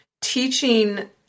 teaching